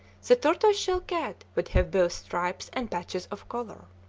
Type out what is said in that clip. the tortoise-shell cat would have both stripes and patches of color.